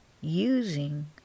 using